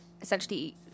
essentially